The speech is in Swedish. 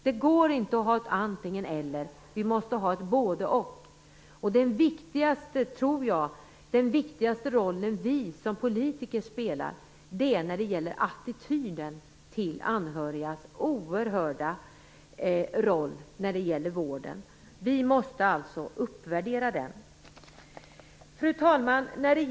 Det går inte att ha ett antingen-eller, utan vi måste ha ett både-och. Den viktigaste roll som vi politiker spelar gäller attityd till anhörigas oerhörda insatser inom vården. Vi måste alltså uppvärdera dessa. Fru talman!